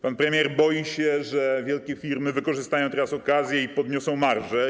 Pan premier boi się, że wielkie firmy wykorzystają teraz okazję i podniosą marżę.